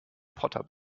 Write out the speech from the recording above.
potter